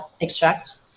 extracts